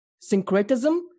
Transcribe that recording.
syncretism